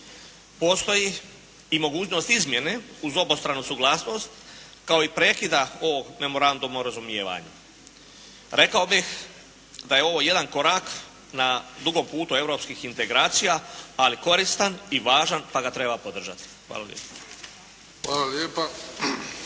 Postoji i mogućnost izmjene uz obostranu suglasnost kao i prekida o memorandumu o razumijevanju. Rekao bih da je ovo jedan korak na dugom putu europskih integracija, ali koristan i važan pa ga treba podržati. Hvala lijepo.